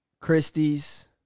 Christie's